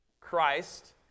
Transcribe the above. Christ